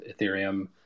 Ethereum